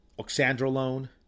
oxandrolone